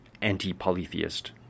anti-polytheist